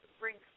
brings